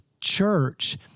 church—